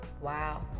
Wow